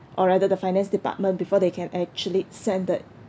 or rather the finance department before they can actually send the